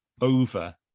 over